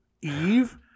Eve